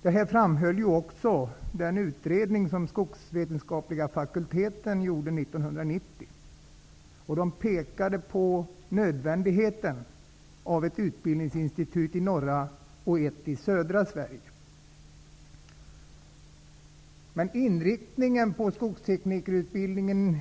Skogsvetenskapliga fakulteten framhöll detta i sin utredning 1990, och man pekade även på nödvändigheten av ett utbildningsinstitut i såväl norra som södra Sverige. Inriktningen på skogsteknikerutbildningen